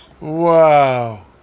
Wow